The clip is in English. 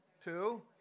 Two